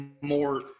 more